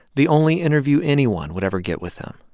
the only interview anyone would ever get with him